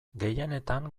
gehienetan